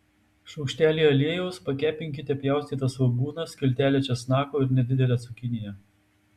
šaukštelyje aliejaus pakepinkite pjaustytą svogūną skiltelę česnako ir nedidelę cukiniją